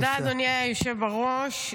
תודה, אדוני היושב בראש.